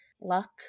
luck